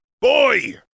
Boy